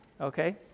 Okay